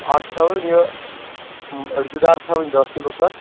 اکھ تھاوُن یہِ أڑجہِ دار تھاوٕنۍ دہ کلوٗ سَر